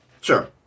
Sure